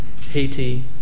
Haiti